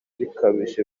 bikabije